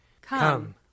Come